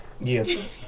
Yes